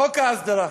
חוק ההסדרה.